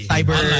Cyber